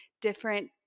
different